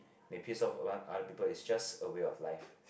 may pace off other people is just a way of life